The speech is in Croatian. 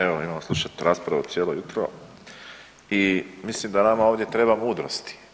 Evo, .../nerazumljivo/... slušati raspravu cijelo jutro i mislim da nama ovdje treba mudrosti.